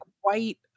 white